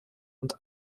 und